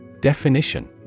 Definition